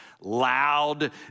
loud